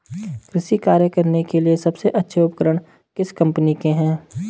कृषि कार्य करने के लिए सबसे अच्छे उपकरण किस कंपनी के हैं?